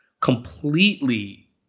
completely